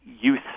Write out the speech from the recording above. youth